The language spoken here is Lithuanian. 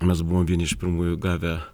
mes buvom vieni iš pirmųjų gavę